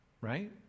right